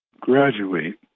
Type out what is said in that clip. graduate